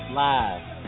live